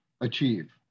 achieve